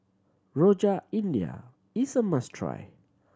Rojak India is a must try